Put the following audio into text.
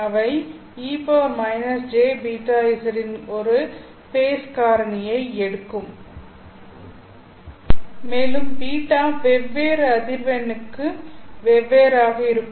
அவை e- jβz இன் ஒரு ஃபேஸ் காரணியை எடுக்கும் மேலும் β வெவ்வேறு அதிர்வெண்ணுக்கு வெவ்வேறாக இருக்கும்